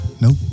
Nope